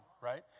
right